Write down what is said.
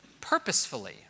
purposefully